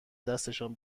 دستشان